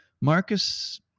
Marcus